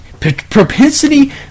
Propensity